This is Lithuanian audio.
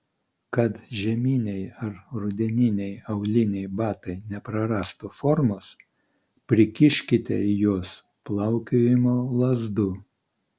kad žieminiai ar rudeniniai auliniai batai neprarastų formos prikiškite į juos plaukiojimo lazdų